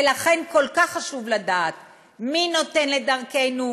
ולכן כל כך חשוב לדעת מי נותן ל"דרכנו",